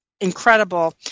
incredible